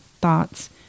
thoughts